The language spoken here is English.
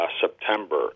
September